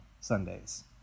Sundays